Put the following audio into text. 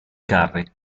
carri